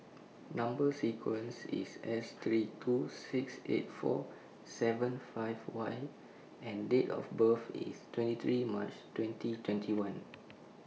Number sequence IS S three two six eight four seven five Y and Date of birth IS twenty three March twenty twenty one